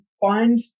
find